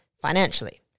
financially